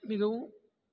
மிகவும்